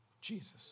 Jesus